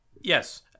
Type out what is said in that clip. Yes